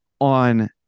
on